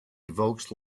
evokes